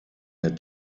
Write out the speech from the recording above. der